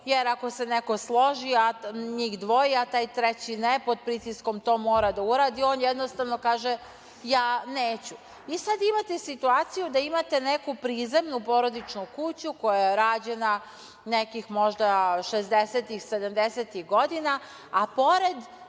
jer ako se neko složi, njih dvoje, a taj treći ne, pod pritiskom to mora da uradi, on jednostavno kaže – ja neću. Vi sad imate situaciju da imate neku prizemnu porodičnu kuću koja je rađena nekih možda šezdesetih, sedamdesetih